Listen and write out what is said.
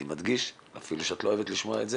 אני מדגיש - אפילו שאת לא אוהבת לשמוע את זה